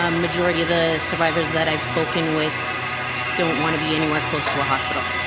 um majority of the survivors that i've spoken with don't want to be anywhere close to a hospital.